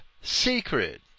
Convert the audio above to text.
secret